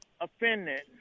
offended